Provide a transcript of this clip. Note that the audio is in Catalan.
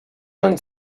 anys